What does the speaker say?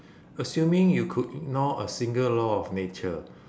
assuming you could ignore a single law of nature